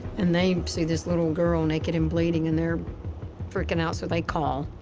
and they see this little girl naked and bleeding, and they're freaking out, so they call.